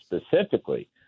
specifically